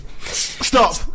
Stop